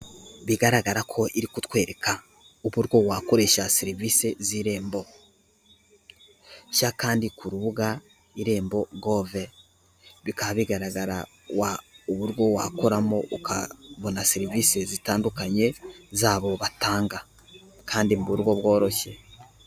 Bigaragara ko iri kutwereka, uburyo wakoresha serivisi z'irembo, njya kandi ku rubuga irembo gove, bikaba bigaragara uburyo wakoramo, ukabona serivisi zitandukanye z'abo batanga, kandi mu buryo bworoshye.